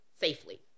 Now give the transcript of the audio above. safely